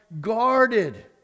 guarded